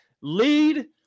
Lead